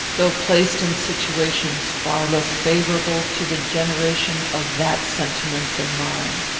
though placed in situations far less favourable to the generation of that sentiment than mine.